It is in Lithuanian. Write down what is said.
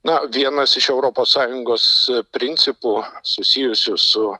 na vienas iš europos sąjungos principų susijusių su